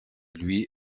louis